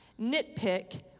nitpick